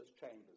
chambers